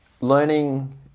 Learning